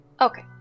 Okay